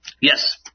yes